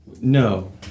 No